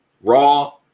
Raw